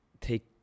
take